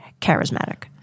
charismatic